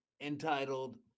entitled